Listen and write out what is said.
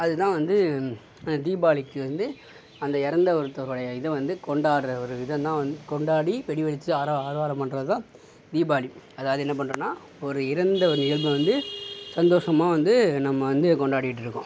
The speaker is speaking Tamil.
அதுதான் வந்து அந்த தீபாவளிக்கி வந்து அந்த இறந்த ஒருத்தரோடைய இதை வந்து கொண்டாடுற ஒரு விதம்தான் வந்து கொண்டாடி வெடி வெடிச்சு ஆர ஆரவாரம் பண்ணுறதுதான் தீபாவளி அதாவது என்ன பண்ணுறோனா ஒரு இறந்த ஒரு நிகழ்வை வந்து சந்தோஷமா வந்து நம்ம வந்து கொண்டாடிகிட்ருக்கோம்